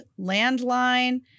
Landline